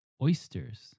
oysters